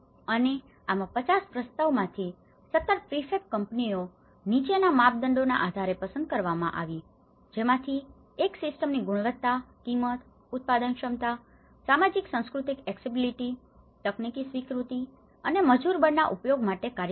અને આમાં 50 પ્રસ્તાવોમાંથી 17 પ્રીફેબ કંપનીઓ નીચેના માપદંડોના આધારે પસંદ કરવામાં આવી હતીજેમાંથી એક સિસ્ટમની ગુણવત્તા કિંમત ઉત્પાદન ક્ષમતા સામાજિક સાંસ્કૃતિક અક્કેસ્સિબિલિટી accessibility સુલભતા તકનીકીની સ્વીકૃતિ અને મજૂરબળના ઉપયોગ માટે કાર્યક્ષેત્ર